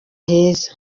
heza